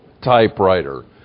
typewriter